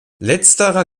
letzterer